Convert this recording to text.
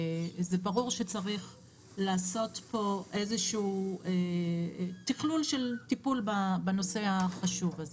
זה ברור שצריך לעשות פה תכלול של טיפול בנושא החשוב הזה.